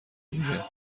دیگه